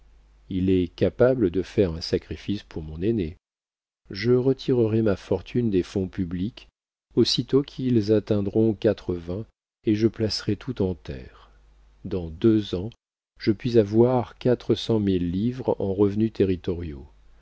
il est capable de faire un sacrifice pour mon aîné je retirerai ma fortune des fonds publics aussitôt qu'ils atteindront quatre-vingts et je placerai tout en terres dans deux ans je puis avoir quatre cent mille livres en revenus territoriaux